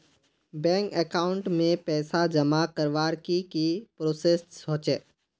Bank account में पैसा जमा करवार की की प्रोसेस होचे?